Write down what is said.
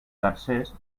tercers